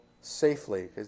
safely